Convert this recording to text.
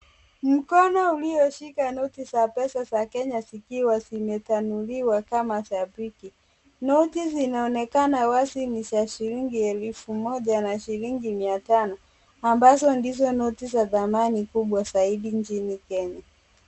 Mkono ulioshika noti za pesa za Kenya zikiwa zimetanuliwa kama za benki. Noti zinaonekana wazi ni za shilingi elfu moja na shilingi mia tano, ambazo ndizo noti za thamani kubwa zaidi nchini Kenya.